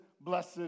blessed